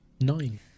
nine